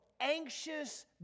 anxious